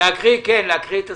להקריא את הצו.